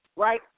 Right